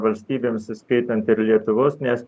valstybėms įskaitant ir lietuvos nes